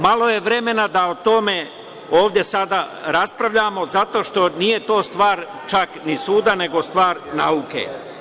Malo je vremena da o tome ovde sada raspravljamo, zato što nije to stvar čak ni suda, nego je stvar nauke.